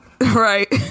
Right